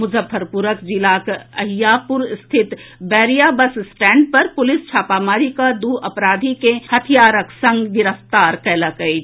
मुजफ्फरपुर जिलाक अहियापुर स्थित Bairiya bus stand पर पुलिस छापामारी कऽ दू अपराधी के हथियारक संग गिरफ्तार कयलक अछि